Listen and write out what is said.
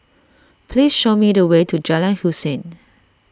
please show me the way to Jalan Hussein